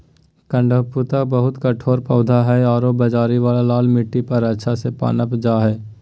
कडपहनुत बहुत कठोर पौधा हइ आरो बजरी वाला लाल मिट्टी पर अच्छा से पनप जा हइ